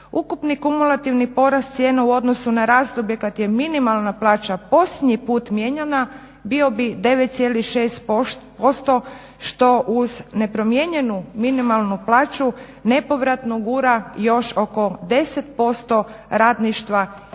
ukupni kumulativni porast cijena u odnosu na razdoblje kad je minimalna plaća posljednji put mijenjana bio bi 9,6% što uz nepromijenjenu minimalnu plaću nepovratno gura još oko 10% radništva ispod